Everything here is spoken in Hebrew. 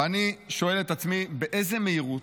ואני שואל את עצמי: באיזו מהירות,